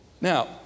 now